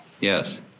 Yes